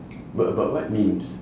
but but what memes